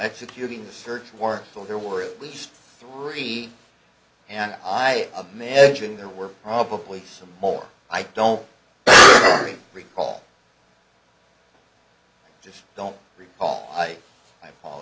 executing the search warrant so there were at least three and i mention there were probably some more i don't recall just don't recall i